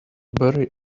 bury